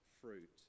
fruit